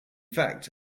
fact